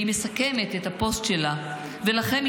היא מסכמת את הפוסט שלה: "ולכם,